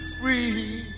free